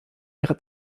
ihre